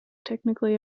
technically